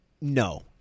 no